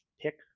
pick